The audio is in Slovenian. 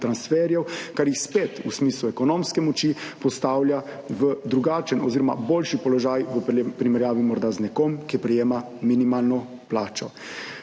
kar jih spet v smislu ekonomske moči postavlja v drugačen oziroma boljši položaj v primerjavi morda z nekom, ki prejema minimalno plačo.